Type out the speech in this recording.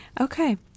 Okay